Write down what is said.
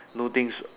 do things